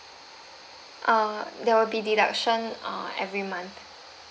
uh there will be deduction uh every month